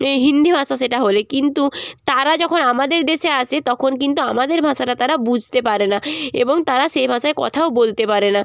এই হিন্দি ভাষা সেটা হলে কিন্তু তারা যখন আমাদের দেশে আসে তখন কিন্তু আমাদের ভাষাটা তারা বুঝতে পারে না এবং তারা সেই ভাষায় কথাও বলতে পারে না